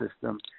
system